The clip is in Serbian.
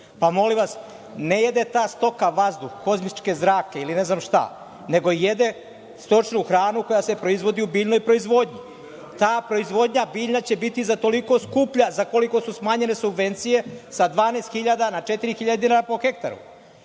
Pa, molim vas, ne jede ta stoka vazduh, kosmičke zrake ili ne znam šta, nego jede stočnu hranu koja se proizvodi u biljnoj proizvodnji. Ta proizvodnja biljna će biti za toliko skuplja za koliko su smanjene subvencije sa 12.000 na 4.000 dinara po hektaru.